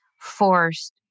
forced